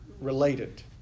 related